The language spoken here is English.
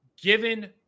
given